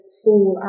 school